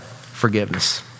forgiveness